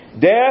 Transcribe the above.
Death